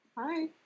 Hi